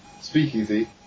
speakeasy